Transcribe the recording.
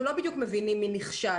אנחנו לא בדיוק מבינים מי נכשל,